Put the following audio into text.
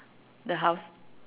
the house